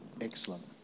Excellent